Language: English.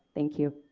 thank you.